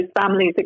families